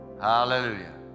hallelujah